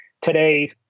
Today